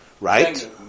right